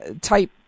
type